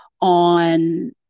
on